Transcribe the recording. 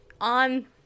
on